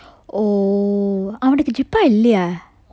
oh அவனுக்கு:avanukku juppa இல்லையா:illaya